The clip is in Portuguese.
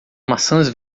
maçãs